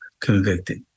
convicted